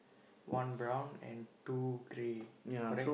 one brown and two grey correct